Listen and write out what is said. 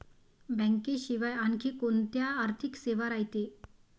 बँकेशिवाय आनखी कोंत्या आर्थिक सेवा रायते?